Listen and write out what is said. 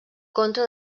contra